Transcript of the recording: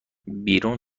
بیرون